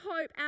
hope